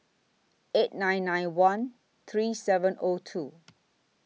eight nine nine one three seven O two